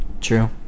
True